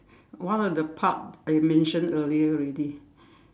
one of the part they mentioned earlier already